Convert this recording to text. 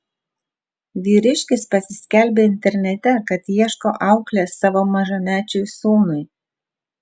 vyriškis pasiskelbė internete kad ieško auklės savo mažamečiui sūnui